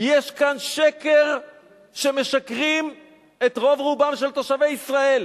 שיש כאן שקר שמשקרים לרוב רובם של תושבי ישראל.